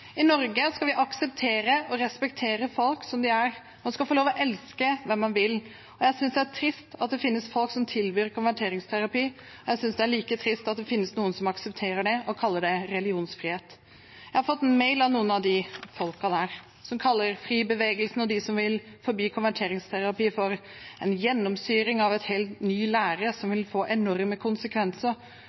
I Norge skal vi akseptere og respektere folk som de er. Man skal få lov til å elske hvem man vil. Jeg synes det er trist at det finnes folk som tilbyr konverteringsterapi, og jeg synes det er like trist at det finnes noen som aksepterer det og kaller det religionsfrihet. Jeg har fått mail av noen av de folkene der, som kaller FRI-bevegelsen og de som vil forby konverteringsterapi, for en gjennomsyring av en helt ny lære som vil få enorme konsekvenser,